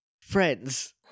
friends